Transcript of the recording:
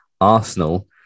Arsenal